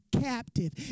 captive